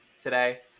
today